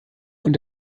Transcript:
und